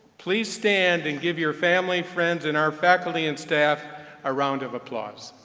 please stand and give your family, friends, and our faculty and staff a round of applause.